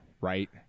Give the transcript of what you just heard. right